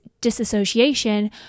disassociation